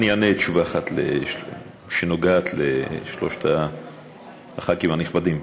אני אענה תשובה אחת שנוגעת לשלושת חברי הכנסת הנכבדים.